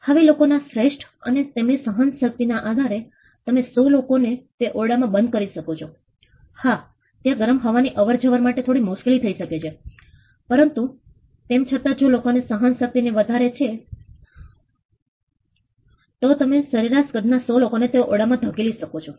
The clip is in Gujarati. હવે લોકોના શ્રેષ્ઠ અને તેમની સહનશક્તિ ના આધારે તમે 100 લોકો ને તે ઓરડામાં બંધ કરી શકો છો હા ત્યાં ગરમ હવાની અવર જવર માટે થોડી મુશ્કેલી થઇ શકે છે પરંતુ તેમ છતાં પણ જો લોકોની સહનશક્તિ ને વધારે છે તો તમે શરેરાશ કદના 100 લોકોને તે ઓરડામાં ધકેલી શકો છો